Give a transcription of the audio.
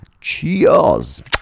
cheers